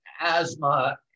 asthma